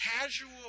casual